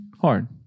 Hard